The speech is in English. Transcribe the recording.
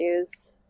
issues